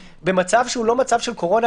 במצב שהוא לא מצב של קורונה,